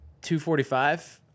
245